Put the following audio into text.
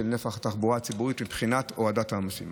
בנפח התחבורה הציבורית מבחינת הורדת העומסים.